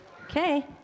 Okay